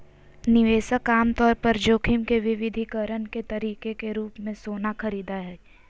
निवेशक आमतौर पर जोखिम के विविधीकरण के तरीके के रूप मे सोना खरीदय हय